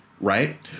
right